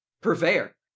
purveyor